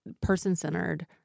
person-centered